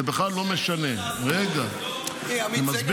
זה בכלל לא משנה -- מי, עמית סגל שמאל?